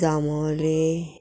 जांबावले